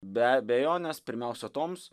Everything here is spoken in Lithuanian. be abejonės pirmiausia toms